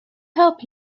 help